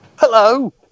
Hello